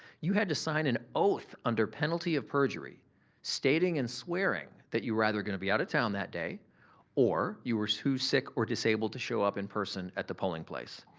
you had to sign an oath under penalty of perjury stating and swearing that you were either gonna be out of town that day or you were too sick or disabled to show up in person at the polling place.